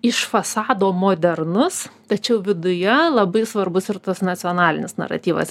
iš fasado modernus tačiau viduje labai svarbus ir tas nacionalinis naratyvas